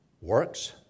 works